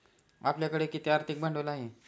आपल्याकडे किती आर्थिक भांडवल आहे?